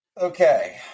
Okay